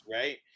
right